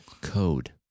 code